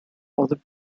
olivet